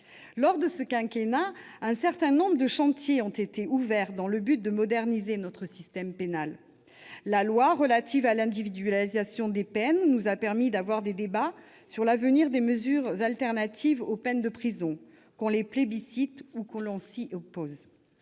cours de ce quinquennat, un certain nombre de chantiers ont été ouverts afin de moderniser notre système pénal. La loi relative à l'individualisation des peines nous a permis de débattre de l'avenir des mesures alternatives aux peines de prison, qu'on les plébiscite ou que l'on s'y oppose.